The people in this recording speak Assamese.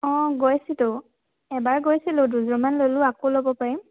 অঁ গৈছিলোঁ এবাৰ গৈছিলোঁ দুযোৰমান ল'লোঁ আকৌ ল'ব পাৰিম